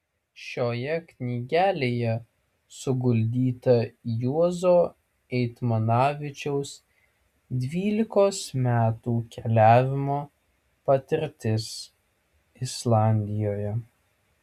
šioje knygelėje suguldyta juozo eitmanavičiaus dvylikos metų keliavimo patirtis islandijoje